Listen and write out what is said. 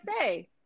say